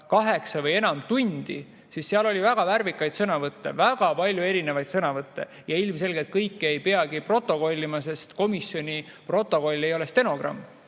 kaheksa või enam tundi kestis, siis seal oli väga värvikaid sõnavõtte, väga palju erinevaid sõnavõtte. Ja ilmselgelt kõike ei peagi protokollima, sest komisjoni protokoll ei ole stenogramm.